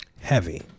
heavy